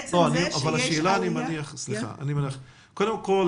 עצם זה שיש עלייה --- סליחה, קודם כול,